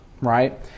right